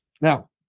Now